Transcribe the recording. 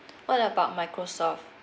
what about microsoft